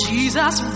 Jesus